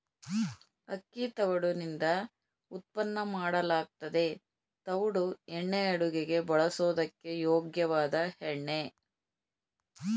ಅಕ್ಕಿ ತವುಡುನಿಂದ ಉತ್ಪನ್ನ ಮಾಡಲಾಗ್ತದೆ ತವುಡು ಎಣ್ಣೆ ಅಡುಗೆಗೆ ಬಳಸೋದಕ್ಕೆ ಯೋಗ್ಯವಾದ ಎಣ್ಣೆ